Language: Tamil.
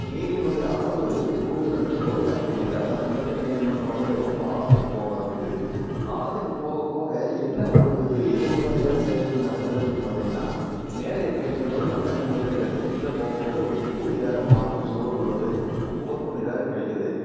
நீரினுடைய அளவு பூமியில் வந்துவிட்டு குறைய ஆரம்பிக்குது அதாவது நிலத்தடி நீர் மட்டமானது ரொம்ப ஆழத்துக்கு போக ஆரம்பிக்குது ஆழத்துக்கு போக போக என்ன ஒரு எதிர்மறையான செயல் நடக்குது அப்படின்னு பார்த்திங்கன்னா மேலே கிடைக்கும்போது நல்ல தண்ணீராக கிடைச்சிது கீழே போக போக உப்பு நீராக மாறும் சூழல் உள்ளது உவர்ப்பு நீராக கிடைக்கிது